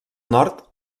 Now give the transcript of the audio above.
nord